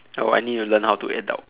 oh I need learn how to adult